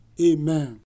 Amen